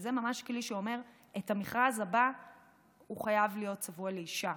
שזה ממש כלי שאומר שהמכרז הבא חייב להיות צבוע לאישה,